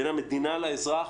בין המדינה לאזרח,